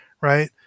right